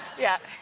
yeah.